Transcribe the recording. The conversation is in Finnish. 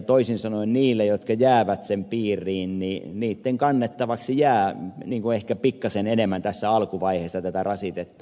toisin sanoen niiden jotka jäävät sen piiriin kannettavaksi jää ehkä pikkuisen enemmän tässä alkuvaiheessa tätä rasitetta